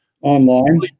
Online